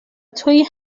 تویی